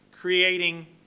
creating